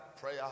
prayer